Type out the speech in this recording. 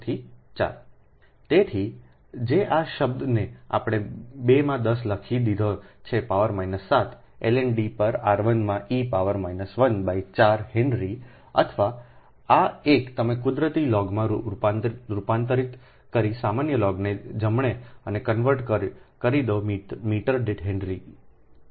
તેથી તેથી જ આ શબ્દને આપણે 2 માં 10 લખી દીધા છે પાવર માઈનસ 7 ln d પર r 1 માં ઇ પાવર 1 બાય 4 હેનરી અથવા આ એક તમે કુદરતી લોગમાં રૂપાંતરિત કરો સામાન્ય લોગને જમણે અને કન્વર્ટ કરો તે મીટર દીઠ હેનરી છે